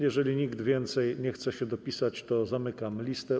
Jeżeli nikt więcej nie chce się dopisać, to zamykam listę.